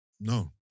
no